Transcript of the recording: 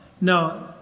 No